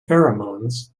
pheromones